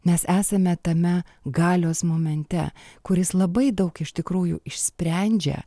mes esame tame galios momente kuris labai daug iš tikrųjų išsprendžia